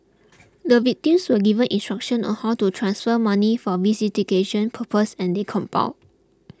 the victims were given instructions on how to transfer money for visiting cation purposes and they complied